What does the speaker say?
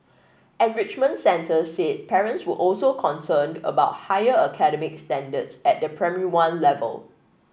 enrichment centres said parents were also concerned about higher academic standards at the Primary One level